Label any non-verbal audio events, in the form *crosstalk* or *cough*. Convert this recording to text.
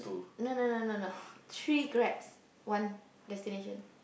no no no no no *breath* tree Grabs one destination